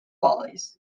follies